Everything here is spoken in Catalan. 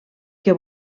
que